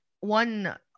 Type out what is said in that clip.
one